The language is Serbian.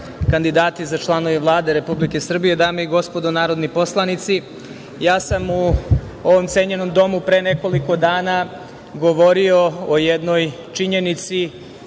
kandidati za članove Vlade Republike Srbije, dame i gospodo narodni poslanici, ja u ovom cenjenom domu pre nekoliko dana govorio o jednoj činjenici